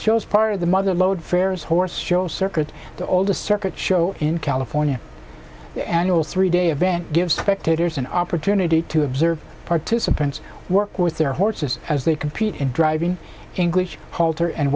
part of the mother load fairs horse show circuit the all the circuit show in california annual three day event gives spectators an opportunity to observe participants work with their horses as they compete in driving english halter and